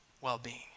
well-being